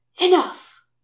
Enough